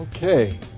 Okay